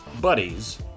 buddies